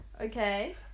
Okay